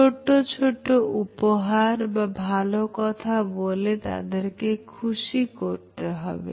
ছোট্ট ছোট্ট উপহার বা ভালো কথা বলে তাদেরকে খুশি করতে হবে